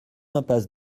impasse